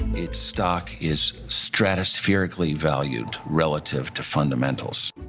its stock is stratospherically valued relative to fundamentals.